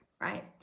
right